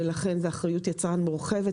ולכן זו אחריות יצרן מורחבת,